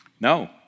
No